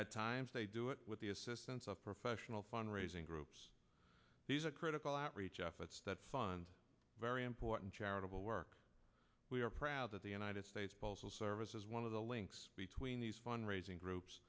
at times they do it with the assistance of professional fund raising groups these are critical at reach efforts that fund very important charitable work we are proud that the united states postal service is one of the links between these fund raising groups